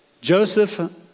Joseph